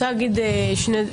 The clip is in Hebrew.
אני רוצה להגיד שני דברים,